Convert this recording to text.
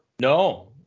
No